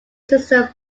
system